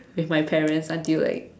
with my parents until like